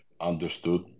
understood